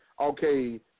Okay